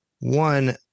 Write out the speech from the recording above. One